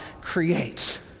creates